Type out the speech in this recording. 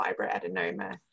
fibroadenoma